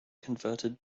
converted